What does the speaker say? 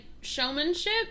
showmanship